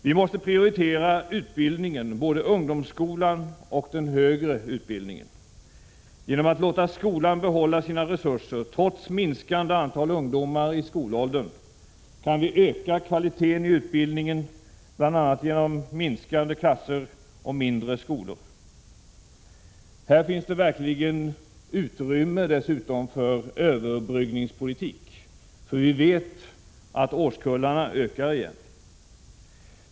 Vi måste prioritera utbildningen, både ungdomsskolan och den högre utbildningen. Genom att låta skolan behålla sina resurser trots minskande antal ungdomar i skolåldern kan vi öka kvaliteten i utbildningen bl.a. genom minskande klasser och mindre skolor. Här finns det verkligen utrymme för överbryggningspolitik. Vi vet ju att årskullarna ökar igen.